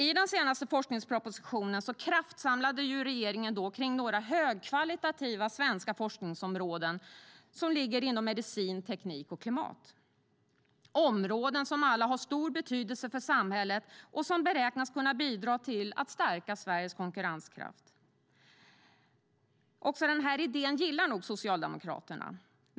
I den senaste forskningspropositionen kraftsamlade regeringen kring några högkvalitativa svenska forskningsområden inom medicin, teknik och klimat, områden som alla har stor betydelse för samhället och som beräknas kunna bidra till att stärka Sveriges konkurrenskraft. Också denna idé gillar nog Socialdemokraterna.